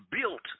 built